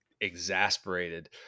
exasperated